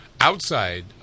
outside